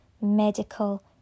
medical